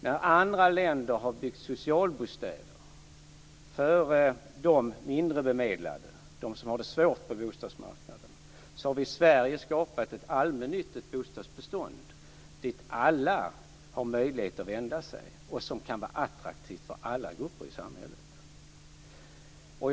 När andra länder har byggt socialbostäder för de mindre bemedlade, de som har det svårt på bostadsmarknaden, har vi i Sverige skapat ett allmännyttigt bostadsbestånd dit alla har möjlighet att vända sig och som kan vara attraktivt för alla grupper i samhället.